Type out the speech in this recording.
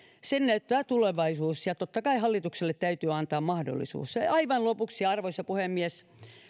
sen näyttää tulevaisuus ja totta kai hallitukselle täytyy antaa mahdollisuus aivan lopuksi arvoisa puhemies